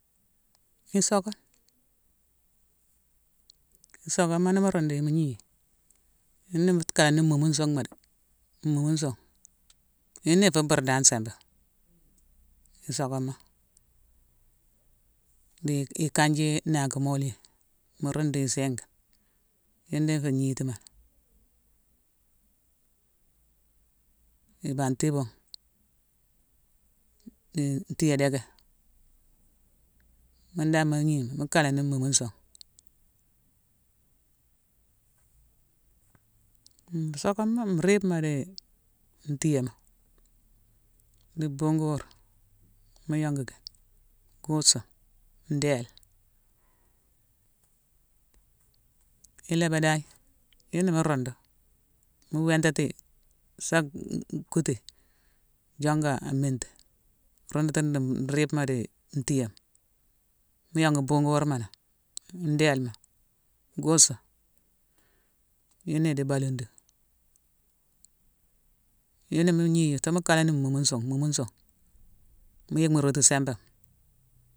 Isokane. Isokama ni mu rundu yi mu gni, yune mu kalani mumu nsunghma dé, mumu nsungh. Yuna ifu bur dan simbama. Isokama, di ikanji é- nakumoli yan, mu rundu yi séingane. Yune dan ifé ngnitima lé. I banti ibuugh, di ntiyé déka; mune dan mu gni, mu kalani mumu nsungh. Isokama, nriibma di ntiyéma, di bugu wur, mu yongu ki, gusuma, ndééle. Ilébadaye, yuna mu rundu, mu wintati yi, sa kutu yi, jonga a minti; rundutune di nriibma di ntiyéma. Mu yongu bungu wurma nangh, ndéélma, gusu. Yuna idi baludi. Yune ni mu gni yi, mu kalani mumu nsungh-mumu nsungh, mu yick mu rotu simbama.